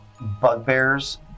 bugbears